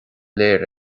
léir